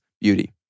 beauty